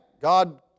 God